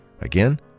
Again